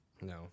No